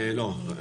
לא,